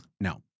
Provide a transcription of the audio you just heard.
No